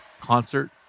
concert